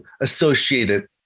associated